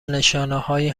نشانههایی